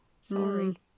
Sorry